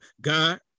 God